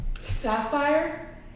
Sapphire